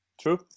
True